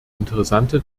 interessante